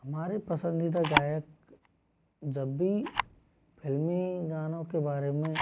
हमारे पसंदीदा गायक जब भी फिल्मी गानों के बारे में